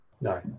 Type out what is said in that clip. No